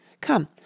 Come